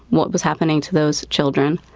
what was happening to those children,